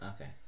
okay